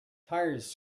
tires